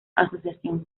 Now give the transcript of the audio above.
asociación